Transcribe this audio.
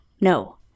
no